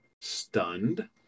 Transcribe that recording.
stunned